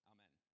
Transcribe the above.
Amen